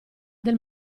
del